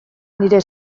nire